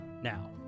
Now